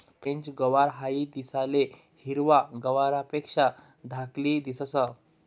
French गवार हाई दिसाले हिरवा गवारपेक्षा धाकली दिसंस